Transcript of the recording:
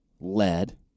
lead